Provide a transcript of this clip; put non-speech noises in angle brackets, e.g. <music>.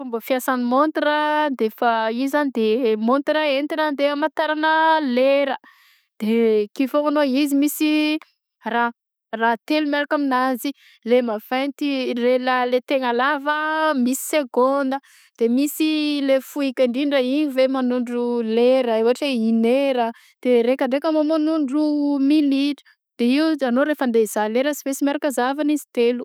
Ny fiasan'ny montra de efa izy zany de <hesitation> montra entina andeha amantaragna lera de akeo foagna anao izy misy ra- ra- raha telo miaraka aminanjy le maventy le raha le tegna lava misy segônda de misy le foika ndrindra igny le manondro lera ôhatra hoe une heure a de ny araika ndraika manondro minitra de io anao rehefa andeha izaha lera sy mainsy miaraka zahavina izy telo.